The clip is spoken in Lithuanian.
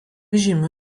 žymių